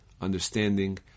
understanding